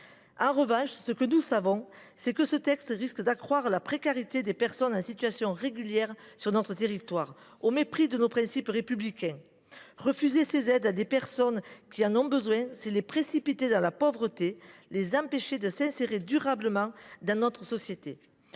en revanche, c’est que ce texte risque d’accroître la précarité de personnes qui sont en situation régulière sur notre territoire, et ce au mépris de nos principes républicains. Refuser ces aides à des personnes qui en ont besoin, c’est les précipiter dans la pauvreté, les empêcher de s’insérer durablement dans notre société.